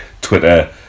Twitter